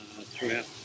throughout